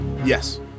Yes